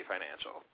Financial